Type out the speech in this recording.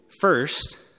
first